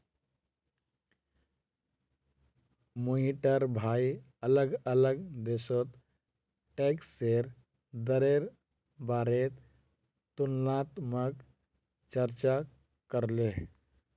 मोहिटर भाई अलग अलग देशोत टैक्सेर दरेर बारेत तुलनात्मक चर्चा करले